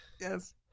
Yes